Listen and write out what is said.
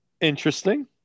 Interesting